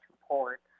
Report